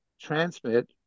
transmit